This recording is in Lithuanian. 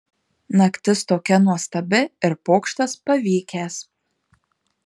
naktis tokia nuostabi ir pokštas pavykęs